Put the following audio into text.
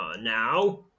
Now